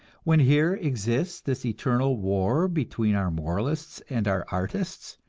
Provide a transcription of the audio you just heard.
when here exists this eternal war between our moralists and our artists?